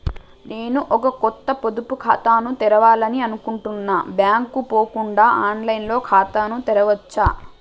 నేను ఒక కొత్త పొదుపు ఖాతాను తెరవాలని అనుకుంటున్నా బ్యాంక్ కు పోకుండా ఆన్ లైన్ లో ఖాతాను తెరవవచ్చా?